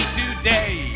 today